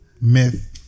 myth